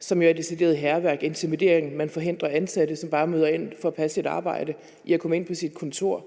som jo altså er decideret hærværk, altså intimidering, og at man forhindrer ansatte, som bare møder ind for at passe deres arbejde, i at komme ind på deres kontorer,